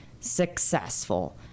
successful